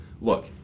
Look